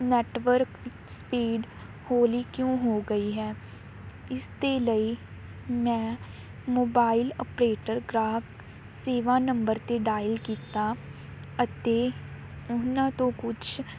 network speed ਹੌਲੀ ਕਿਉਂ ਹੋ ਗਈ ਹੈ ਇਸ ਦੇ ਲਈ ਮੈਂ ਮੋਬਾਈਲ ਆਪਰੇਟਰ ਗ੍ਰਾਹਕ ਸੇਵਾ ਨੰਬਰ 'ਤੇ ਡਾਇਲ ਕੀਤਾ ਅਤੇ ਉਹਨਾਂ ਤੋਂ ਕੁਝ